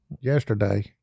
yesterday